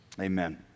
Amen